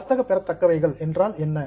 வர்த்தக பெறத்தக்கவைகள் என்றால் என்ன